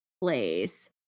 place